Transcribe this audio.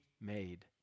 made